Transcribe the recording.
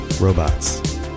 robots